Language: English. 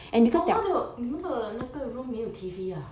oh 他的你们的那个 room 没有 T_V